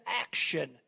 action